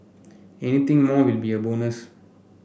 anything more will be a bonus